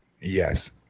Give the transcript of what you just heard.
Yes